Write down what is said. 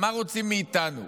מה רוצים מאיתנו?